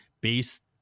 Based